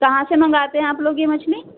کہاں سے منگاتے ہیں آپ لوگ یہ مچھلی